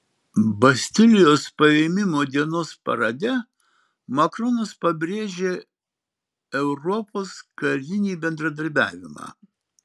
bastilijos paėmimo dienos parade macronas pabrėžė europos karinį bendradarbiavimą